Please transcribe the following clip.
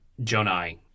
Jonai